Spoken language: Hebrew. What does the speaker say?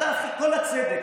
אתה כל הצדק,